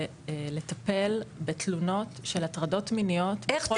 לטפל בתלונות של הטרדות מיניות בכל הגופים שאנחנו אחראים עליהם.